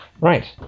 right